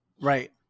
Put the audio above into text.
Right